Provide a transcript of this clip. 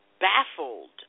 baffled